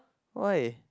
why